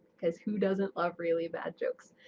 cause who doesn't love really bad jokes?